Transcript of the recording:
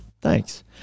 thanks